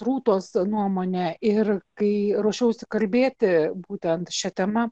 rūtos nuomonę ir kai ruošiausi kalbėti būtent šia tema